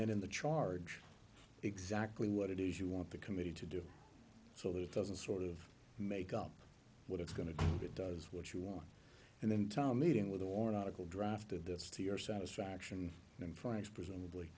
then in the charge exactly what it is you want the committee to do so that it doesn't sort of make up what it's going to do it does what you want and then tom meeting with or article drafted this to your satisfaction and french presumably